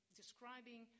describing